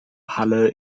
halle